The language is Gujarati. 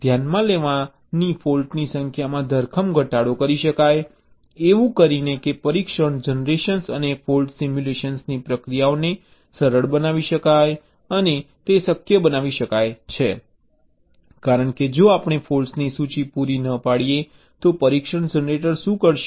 ધ્યાનમાં લેવાની ફૉલ્ટની સંખ્યા માં ધરખમ ઘટાડો કરી શકાય છે એવું કરીને કે પરીક્ષણ જનરેશન અને ફૉલ્ટ સિમ્યુલેશન ની પ્રક્રિયાઓને સરળ બનાવી શકાય છે અને તે શક્ય બનાવી શકાય છે કારણ કે જો આપણે ફૉલ્ટ્સની સૂચિ પૂરી ન પાડીએ તો પરીક્ષણ જનરેટર શું કરશે